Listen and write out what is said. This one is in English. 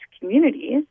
communities